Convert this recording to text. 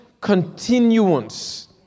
continuance